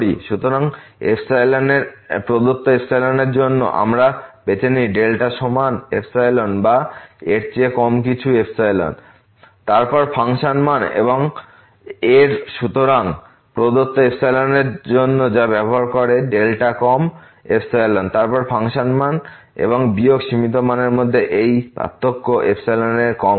সুতরাং প্রদত্ত এর জন্য যদি আমরা বেছে নিই সমান বা এর চেয়ে কম কিছু তারপর ফাংশন মান এবং এর সুতরাং প্রদত্ত এর জন্য যা ব্যবহার করে কম তারপর ফাংশন মান এবং বিয়োগ সীমিত মানের মধ্যে এই পার্থক্য এর কম হবে